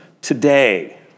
today